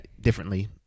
differently